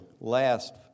last